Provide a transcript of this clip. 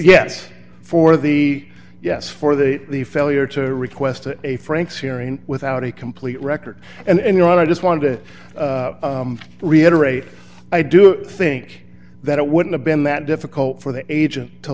yes for the yes for the the failure to request a frank's hearing without a complete record and you know i just wanted to reiterate i do think that it wouldn't have been that difficult for the agent to